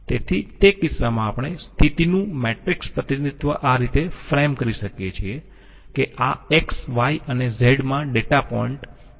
તેથી તે કિસ્સામાં આપણે સ્થિતીનું મેટ્રિક્સ પ્રતિનિધિત્વ આ રીતે ફ્રેમ કરી શકીયે કે આ x y અને z માં ડેટા પોઈન્ટ છે